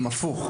להיפך,